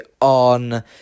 on